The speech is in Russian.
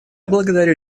благодарю